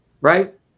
right